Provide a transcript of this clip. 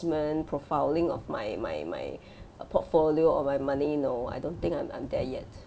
~ment profiling of my my my uh portfolio or my money no I don't think I'm I'm there yet